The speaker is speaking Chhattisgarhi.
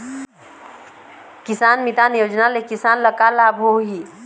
किसान मितान योजना ले किसान ल का लाभ होही?